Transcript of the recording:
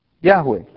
Yahweh